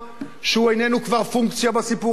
שהוא איננו כבר פונקציה בסיפור הזה,